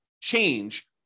change